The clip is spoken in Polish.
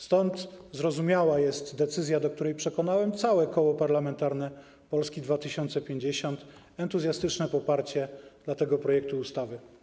Stąd zrozumiała jest decyzja, do której przekonałem całe Koło Parlamentarne Polski 2050, czyli entuzjastyczne poparcie tego projektu ustawy.